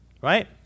Right